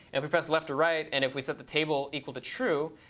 if we press left or right and if we set the table equal to true,